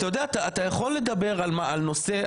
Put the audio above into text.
אתה יכול לדבר על נושא,